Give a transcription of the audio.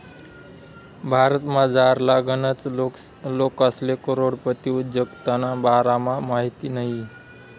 भारतमझारला गनच लोकेसले करोडपती उद्योजकताना बारामा माहित नयी